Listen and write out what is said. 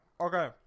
Okay